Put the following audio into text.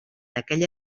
aquella